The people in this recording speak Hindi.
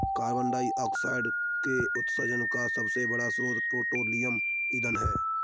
कार्बन डाइऑक्साइड के उत्सर्जन का सबसे बड़ा स्रोत पेट्रोलियम ईंधन है